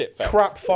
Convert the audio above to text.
crap